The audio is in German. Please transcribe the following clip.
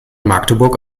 magdeburg